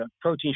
protein